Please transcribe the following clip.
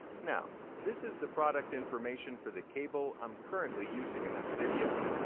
now this is the product information for the cable i'm currently using in this video.